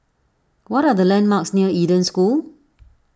what are the landmarks near Eden School